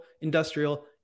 industrial